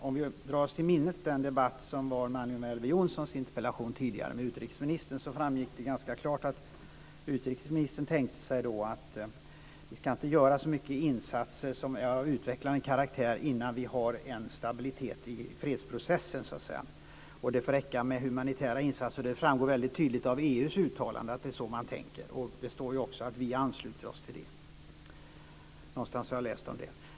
Om vi drar oss till minnes Elver Jonssons interpellationsdebatt med utrikesministern framgick det klart att utrikesministern tänkte sig att vi inte ska göra så mycket insatser av utvecklande karaktär innan det finns en stabilitet i fredsprocessen. Det får räcka med humanitära insatser. Det framgår tydligt av EU:s uttalanden att man tänker så, och någonstans har jag läst att vi ansluter oss till det.